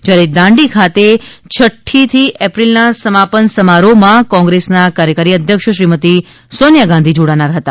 જયારે દાંડી ખાતે થ્થી એપ્રિલના સમાપન સમારોહમાં કોંગ્રેસના કાર્યકારી અધ્યક્ષ શ્રીમતી સોનિયા ગાંધી જોડાનાર હતા